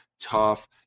tough